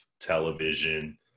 television